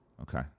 Okay